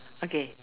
okay